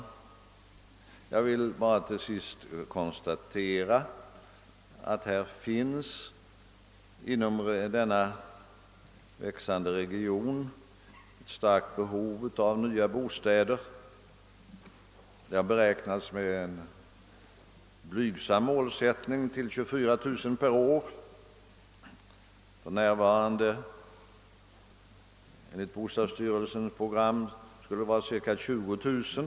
Jag konstaterar också att det inom denna växande region finns ett starkt behov av nya bostäder. Med en blygsam målsättning har det behovet beräknats till 24 000 per år; enligt bostadsstyrelsens program är siffran cirka 20 000.